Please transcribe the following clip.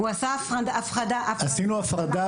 עשינו הפרדה.